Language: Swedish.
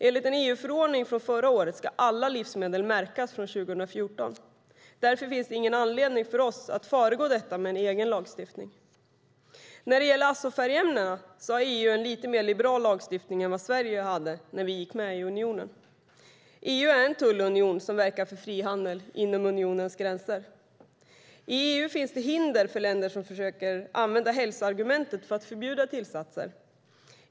Enligt en EU-förordning från förra året ska alla livsmedel märkas, och detta ska gälla från och med år 2014. Därför finns det ingen anledning för oss att föregå det med en egen lagstiftning. När det gäller azofärgämnena har EU en lite liberalare lagstiftning än Sverige hade när vi gick med i unionen. EU är en tullunion som verkar för frihandel inom unionens gränser. I EU finns det hinder för länder som försöker använda hälsoargumentet för att förbjuda tillsatser.